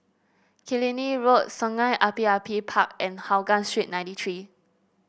Killiney Road Sungei Api Api Park and Hougang Street ninety three